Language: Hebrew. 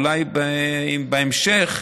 ואולי בהמשך,